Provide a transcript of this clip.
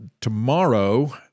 Tomorrow